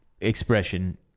expression